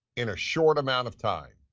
in a short amount of time?